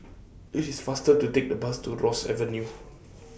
IS IT faster to Take The Bus to Ross Avenue